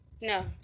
No